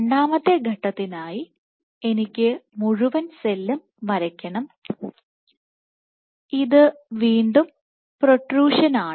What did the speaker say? രണ്ടാമത്തെ ഘട്ടത്തിനായി എനിക്ക് മുഴുവൻ സെല്ലും വരയ്ക്കണം ഇത് വീണ്ടും ഒരു പ്രോട്രൂഷനാണ്